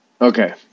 Okay